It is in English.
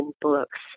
books